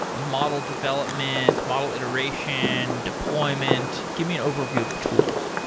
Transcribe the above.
model development, model iteration, deployment? give me an overview of the tools.